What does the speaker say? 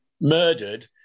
murdered